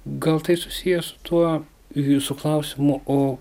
gal tai susiję su tuo jūsų klausimu o